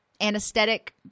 anesthetic